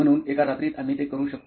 म्हणून एका रात्रीत आम्ही ते करू शकतो